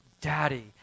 Daddy